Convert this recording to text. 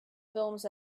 films